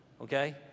Okay